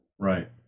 Right